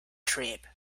trip